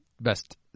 best